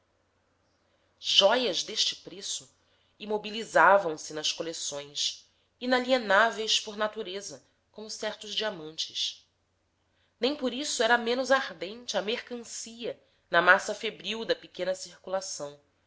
jóias deste preço imobilizavam se nas coleções inalienáveis por natureza como certos diamantes nem por isso era menos ardente a mercancia na massa febril da pequena circulação